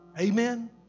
Amen